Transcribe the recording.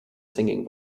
singing